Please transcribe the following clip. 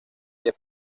kiev